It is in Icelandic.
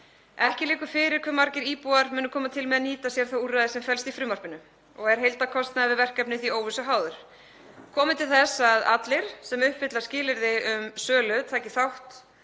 Ekki liggur fyrir hve margir íbúar munu koma til með að nýta sér það úrræði sem felst í frumvarpinu og er heildarkostnaður við verkefnið því óvissu háður. Komi til þess að allir sem uppfylla skilyrði um sölu taki þátt